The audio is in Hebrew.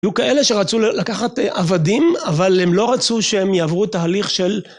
היו כאלה שרצו לקחת עבדים, אבל הם לא רצו שהם יעברו תהליך של...